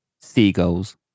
Seagulls